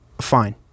fine